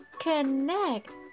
connect